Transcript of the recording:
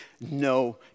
no